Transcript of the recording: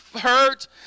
hurt